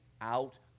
out